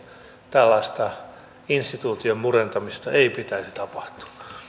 tällaista instituution murentamista ei pitäisi tapahtua